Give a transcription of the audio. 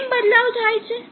કેમ બદલાવ થાય છે